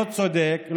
לא צודק,